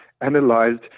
analyzed